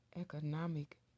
economic